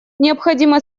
необходимо